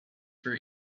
for